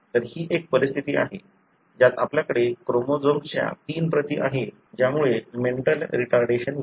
तर ही एक परिस्थिती आहे ज्यात आपल्याकडे क्रोमोझोम्सच्या तीन प्रती आहेत ज्यामुळे मेंटल रिटार्डेशन येते